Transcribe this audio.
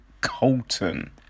Colton